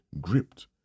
gripped